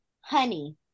honey